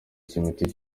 cy’imiti